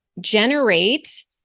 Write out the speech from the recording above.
generate